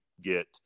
get